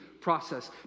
process